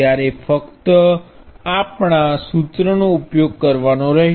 ત્યારે આપણે ફક્ત આપણા સૂત્ર નો ઉપયોગ કરવાનો છે